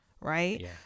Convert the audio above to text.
right